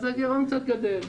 הגירעון קצת גדל.